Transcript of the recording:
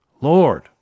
Lord